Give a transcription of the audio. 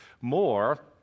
more